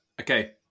okay